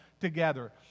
together